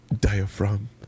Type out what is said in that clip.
diaphragm